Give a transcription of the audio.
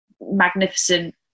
magnificent